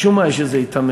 משום מה, יש איזה היתממות.